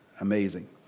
amazing